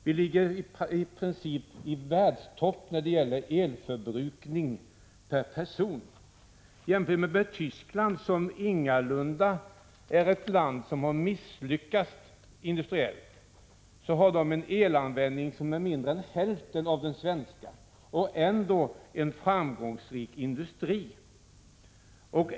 Vi ligger i världstopp när det gäller elförbrukning per person. Tyskland, som ingalunda är ett land som har misslyckats industriellt, har en elanvändning som är 49 Prot. 1985/86:124 mindre än hälften av den svenska — och har trots detta en framgångsrik industri.